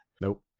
Nope